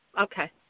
Okay